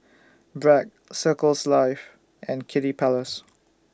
Bragg Circles Life and Kiddy Palace